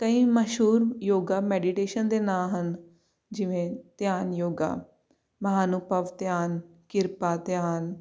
ਕਈ ਮਸ਼ਹੂਰ yoga meditation ਦੇ ਨਾਂ ਹਨ ਜਿਵੇਂ ਧਿਆਨ ਯੋਗਾ ਮਹਾਨਉਪਵ ਧਿਆਨ ਕਿਰਪਾ ਧਿਆਨ